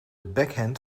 backhand